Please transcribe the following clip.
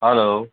hello